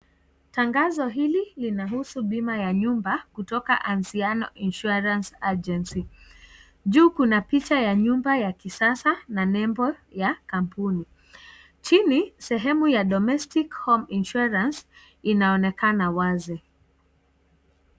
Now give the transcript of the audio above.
Tangazo hili linahusu bima ya nyumba kutoka Amziano Insurance Agency, juu kuna picha ya nyumba ya kisasa na nembo ya kampuni, chini, sehemu ya Domestic Home Insurance inaonekana wazi.